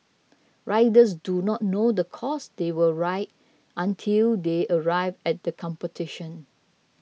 riders do not know the course they will ride until they arrive at the competition